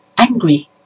angry